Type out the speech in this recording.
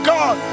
God